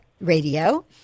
Radio